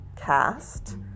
Cast